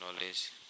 knowledge